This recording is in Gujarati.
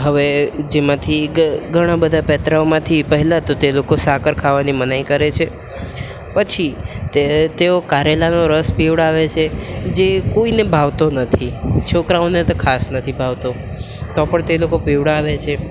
હવે જેમાંથી ઘણા બધા પેંતરાઓમાંથી પહેલાં તો તે લોકો સાકર ખાવાની મનાઈ કરે છે પછી તે તેઓ કારેલાનો રસ પીવડાવે છે જે કોઈને ભાવતો નથી છોકરાઓને તો ખાસ નથી ભાવતો તો પણ તે લોકો પીવડાવે છે